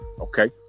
okay